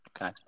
Okay